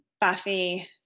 Buffy